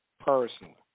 personally